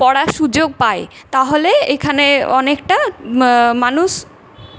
পড়ার সুযোগ পায় তাহলে এখানে অনেকটা মানুষ